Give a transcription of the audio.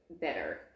better